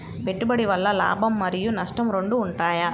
పెట్టుబడి వల్ల లాభం మరియు నష్టం రెండు ఉంటాయా?